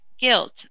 guilt